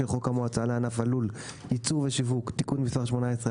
חוק המועצה לענף הלול (ייצור ושיווק) (תיקון מס' 18),